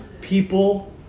people